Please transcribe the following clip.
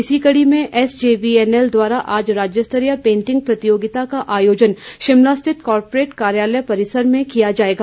इसी कड़ी में एसजेवीएनएल द्वारा आज राज्य स्तरीय पेंटिंग प्रतियोगिता का आयोजन शिमला स्थित कॉर्पोरेट कार्यालय परिसर में किया जाएगा